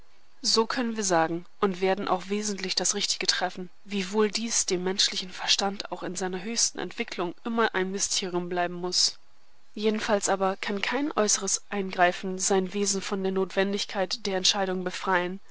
so können wir sagen und werden auch wesentlich das richtige treffen wiewohl dies dem menschlichen verstand auch in seiner höchsten entwicklung immer ein mysterium bleiben muß jedenfalls aber kann kein äußeres eingreifen sein wesen von der notwendigkeit der entscheidung befreien